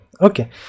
okay